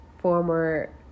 former